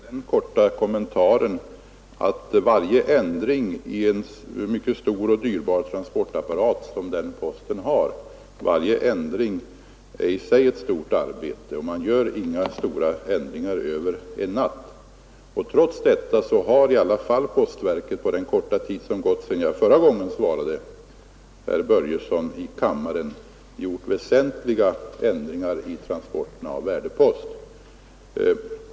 Herr talman! Jag vill bara göra den korta kommentaren, att varje ändring i en mycket stor och dyrbar transportapparat som den posten har medför ett stort arbete, och man gör inga stora ändringar över en natt. Trots detta har i alla fall postverket på den korta tid som gått sedan jag förra gången svarade herr Börjesson här i kammaren gjort väsentliga ändringar i transporten av värdepost.